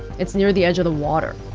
it's near the edge of the water